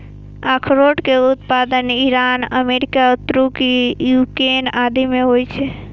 अखरोट के उत्पादन ईरान, अमेरिका, तुर्की, यूक्रेन आदि मे होइ छै